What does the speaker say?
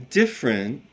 different